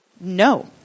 No